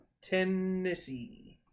Tennessee